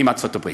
עם ארצות-הברית.